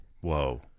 Whoa